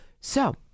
So-